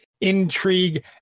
intrigue